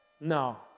No